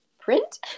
print